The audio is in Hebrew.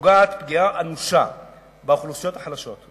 פוגעת פגיעה אנושה באוכלוסיות החלשות,